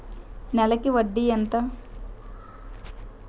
నెలకి వడ్డీ ఎంత?